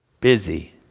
busy